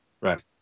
Right